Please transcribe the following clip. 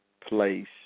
place